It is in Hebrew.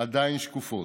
עדיין שקופות.